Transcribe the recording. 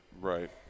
right